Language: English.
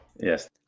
Yes